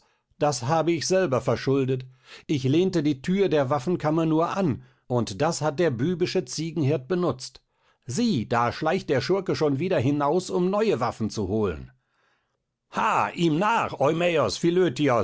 das habe ich selber verschuldet ich lehnte die thür der waffenkammer nur an und das hat der bübische ziegenhirt benutzt sieh da schleicht der schurke schon wieder hinaus um neue waffen zu holen ha ihm nach